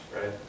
right